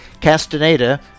Castaneda